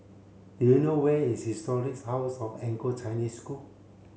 do you know where is Historic House of Anglo Chinese School